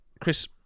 chris